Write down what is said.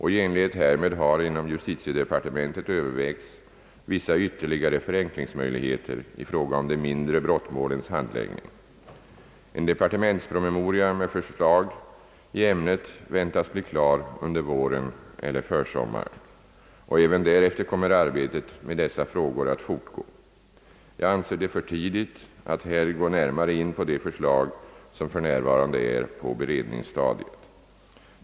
I enlighet härmed har inom justitiedepartementet övervägts vissa ytterligare — förenklingsmöjligheter i fråga om de mindre brottmålens handläggning. En departementspromemoria med vissa förslag i ämnet väntas bli klar under våren eller försommaren, och även därefter kommer arbetet med dessa frågor att fortgå. Jag anser det för tidigt att här gå närmare in på de förslag som f. n. är på beredningsstadiet.